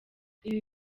ibi